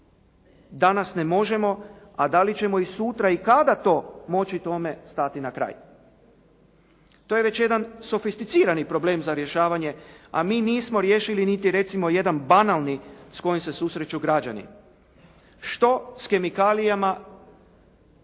Danas ne možemo, a dali ćemo i sutra i kada tome stati na kraj. To je već jedan sofisticirani problem za rješavanje, a mi nismo riješili niti jedan banalni s kojim se susreću građani. Što s kemikalijom